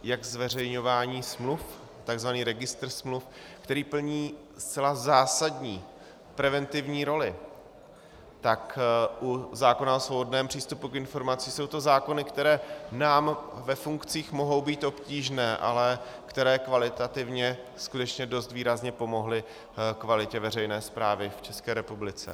Jak zveřejňování smluv, takzvaný registr smluv, který plní zcela zásadní preventivní roli, tak u zákona o svobodném přístupu k informacím, jsou to zákony, které ve funkcích mohou být obtížné, ale které kvalitativně skutečně dost výrazně pomohly kvalitě veřejné správy v České republice.